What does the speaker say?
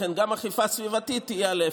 לכן גם האכיפה הסביבתית תהיה על אפס.